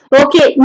okay